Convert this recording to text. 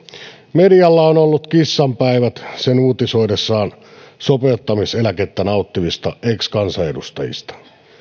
medialla on ollut kissanpäivät sen uutisoidessa sopeutumiseläkettä nauttivista ex kansanedustajista